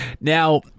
Now